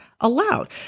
allowed